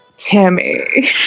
Tammy